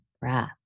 breath